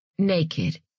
Naked